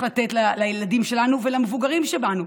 לתת לילדים שלנו ולמבוגרים שבתוכנו,